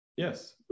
Yes